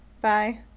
Bye